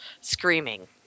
screaming